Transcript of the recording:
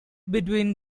between